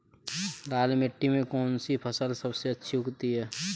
लाल मिट्टी में कौन सी फसल सबसे अच्छी उगती है?